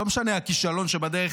לא משנה הכישלון שבדרך,